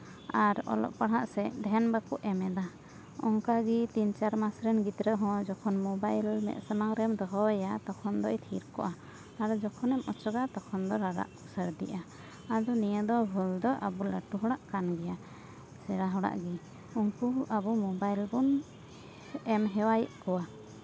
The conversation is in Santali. ᱟᱨ ᱚᱞᱚᱜ ᱯᱟᱲᱦᱟᱜ ᱥᱮᱫ ᱫᱷᱮᱭᱟᱱ ᱵᱟᱠᱚ ᱮᱢ ᱮᱫᱟ ᱚᱱᱠᱟᱜᱮ ᱛᱤᱱ ᱪᱟᱨ ᱢᱟᱥ ᱨᱮᱱ ᱜᱤᱫᱽᱨᱟᱹ ᱦᱚᱸ ᱡᱚᱛᱚᱠᱷᱚᱱ ᱢᱳᱵᱟᱭᱤᱞ ᱢᱮᱫ ᱥᱟᱢᱟᱝ ᱨᱮᱢ ᱫᱚᱦᱚ ᱟᱭᱟ ᱛᱚᱠᱷᱚᱱ ᱫᱚ ᱛᱷᱤᱨ ᱠᱚᱜᱼᱟ ᱟᱨ ᱡᱚᱠᱷᱚᱱᱮᱢ ᱚᱪᱚᱜᱟ ᱛᱚᱠᱷᱚᱱ ᱫᱚ ᱨᱟᱨᱟᱜ ᱠᱚ ᱥᱟᱹᱨᱫᱤᱜᱼᱟ ᱟᱫᱚ ᱱᱤᱭᱟᱹᱫᱚ ᱵᱷᱩᱞ ᱫᱚ ᱟᱵᱚ ᱞᱟᱹᱴᱩ ᱦᱚᱲᱟᱜ ᱠᱟᱱ ᱜᱮᱭᱟ ᱥᱮᱬᱟ ᱦᱚᱲᱟᱜ ᱜᱮ ᱩᱱᱠᱩ ᱟᱵᱚ ᱢᱳᱵᱟᱭᱤᱞ ᱵᱚᱱ ᱮᱢ ᱦᱮᱣᱟᱭᱮᱜᱫᱠᱚᱣᱟ